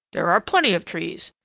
there are plenty of trees.